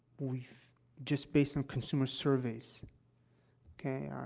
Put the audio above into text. we've just based on consumer surveys okay? ah,